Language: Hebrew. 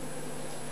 כאן.